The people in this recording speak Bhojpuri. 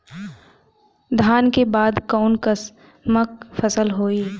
धान के बाद कऊन कसमक फसल होई?